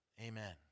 Amen